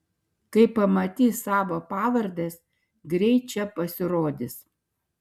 kai pamatys savo pavardes greit čia pasirodys